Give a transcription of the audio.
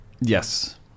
yes